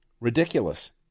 ridiculous